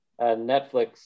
Netflix